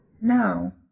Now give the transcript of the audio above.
No